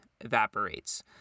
evaporates